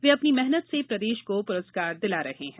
वे अपनी मेहनत से प्रदेश को पुरस्कार दिला रहे हैं